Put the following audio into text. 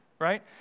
right